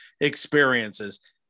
experiences